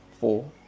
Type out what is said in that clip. four